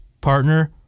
partner